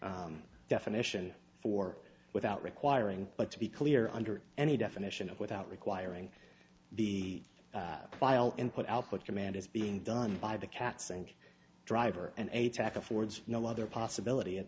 create definition for without requiring but to be clear under any definition of without requiring the file input output command is being done by the cats and driver and atack affords no other possibility it